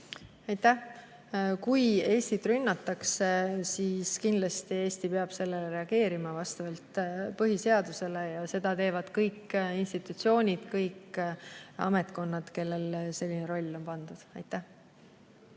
Aitäh! Kui Eestit rünnatakse, siis kindlasti Eesti peab sellele reageerima vastavalt põhiseadusele ja seda teevad kõik institutsioonid, kõik ametkonnad, kellele selline roll on pandud. Aitäh!